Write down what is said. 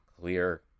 clear